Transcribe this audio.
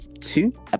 two